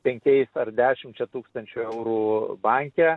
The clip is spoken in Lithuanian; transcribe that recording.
penkiais ar dešimčia tūkstančių eurų banke